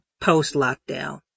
post-lockdown